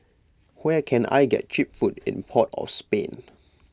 where can I get Cheap Food in Port of Spain